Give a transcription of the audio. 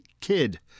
kid